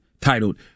titled